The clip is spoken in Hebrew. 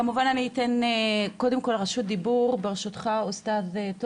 כמובן אני אתן קודם כל רשות דיבור, ברשותך תומר,